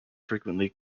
frequently